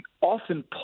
often